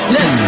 Look